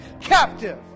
captive